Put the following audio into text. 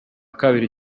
kabiri